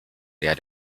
der